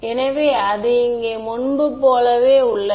எனவே அது இங்கே முன்பு போலவே உள்ளது